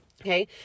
Okay